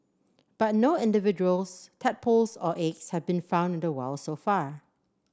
but no individuals tadpoles or eggs have been found in the wild so far